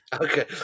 Okay